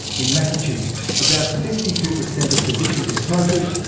in massachussetts, about fifty two percent of physicians were smokers.